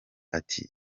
ati